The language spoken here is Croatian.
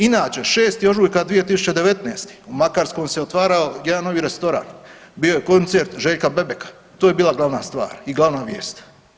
Inače 6. Ožujka 2019. u Makarskoj se otvarao jedan novi restoran, bio je koncert Željka Bebeka, to je bila glavna stvar i glavna vijest.